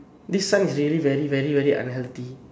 this sun is really very very very unhealthy